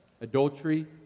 adultery